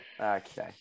Okay